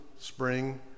spring